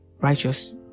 righteous